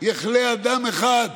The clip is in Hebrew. יחלה אדם אחד,